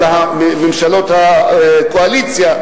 ממשלות הקואליציה,